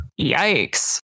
Yikes